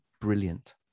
brilliant